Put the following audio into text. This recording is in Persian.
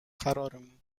قرارمون